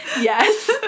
Yes